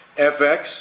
FX